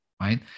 right